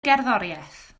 gerddoriaeth